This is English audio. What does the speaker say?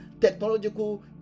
technological